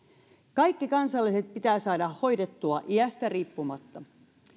kaikki kansalaiset pitää saada hoidettua iästä riippumatta